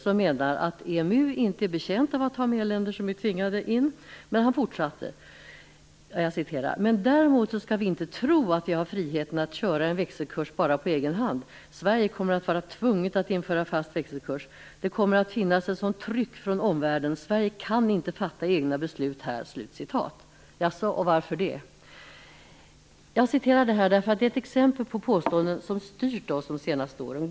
Han menar att EMU inte är betjänt av att ha med länder som tvingats in, men han fortsätter: "Men däremot ska vi inte tro att vi har friheten att köra en växelkurs bara på egen hand. Sverige kommer att vara tvunget att införa fast växelkurs, det kommer att finnas ett sådant tryck från omvärlden. Sverige kan inte fatta egna beslut här." Jaså, och varför inte? Detta är ett exempel på påståenden som styrt oss de senaste åren.